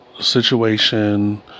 situation